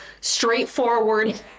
straightforward